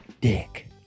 dick